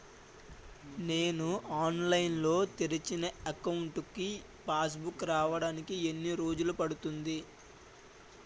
నేను ఆన్లైన్ లో తెరిచిన అకౌంట్ కి పాస్ బుక్ రావడానికి ఎన్ని రోజులు పడుతుంది?